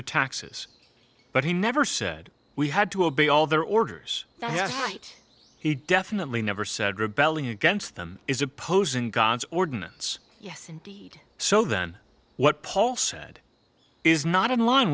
of taxes but he never said we had to obey all their orders that he has right he definitely never said rebelling against them is opposing god's ordinance yes indeed so then what paul said is not in line